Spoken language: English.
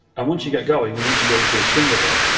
and once you get going and once you get into the swing of it,